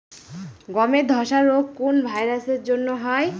গমের ধসা রোগ কোন ভাইরাস এর জন্য হয়?